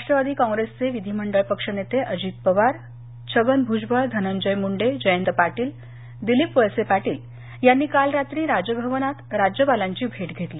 राष्ट्रवादी काँग्रेसचे विधिमंडळ पक्षनेते अजित पवार छगन भुजबळ धनंजय मुंडे जयंत पाटील दिलीप वळसे पाटील यांनी काल रात्री राजभवनात राज्यपालांची भेट घेतली